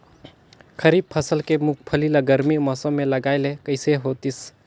खरीफ फसल के मुंगफली ला गरमी मौसम मे लगाय ले कइसे होतिस?